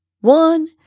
one